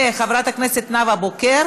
וחברת הכנסת נאוה בוקר